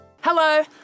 Hello